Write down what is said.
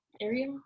area